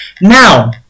now